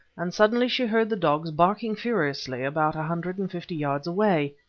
and suddenly she heard the dogs barking furiously about a hundred and fifty yards away.